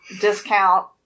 discount